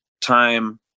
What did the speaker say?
time